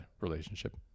relationship